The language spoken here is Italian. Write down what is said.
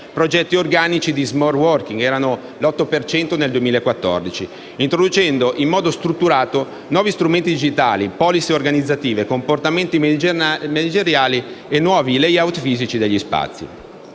progetti organici di smart working (erano l’8 per cento nel 2014), introducendo in modo strutturato nuovi strumenti digitali, policy organizzative, comporta- menti manageriali e nuovi layout fisici degli spazi.